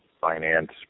finance